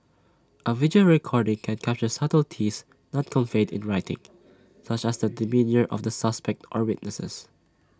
A video recording can capture subtleties not conveyed in writing such as the demeanour of the suspect or witnesses